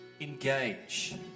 engage